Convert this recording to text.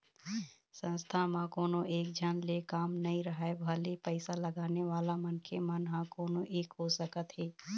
संस्था म कोनो एकझन ले काम नइ राहय भले पइसा लगाने वाला मनखे ह कोनो एक हो सकत हे